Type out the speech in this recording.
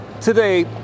Today